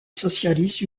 socialiste